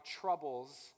troubles